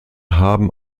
haben